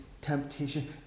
temptation